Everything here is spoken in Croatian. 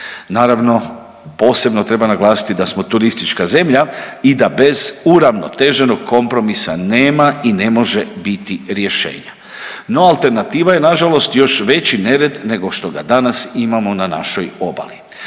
Naravno, posebno treba naglasiti da smo turistička zemlja i da bez uravnoteženog kompromisa nema i ne može biti rješenja. No, alternativa je, nažalost još veći nered nego što ga danas imamo na našoj obali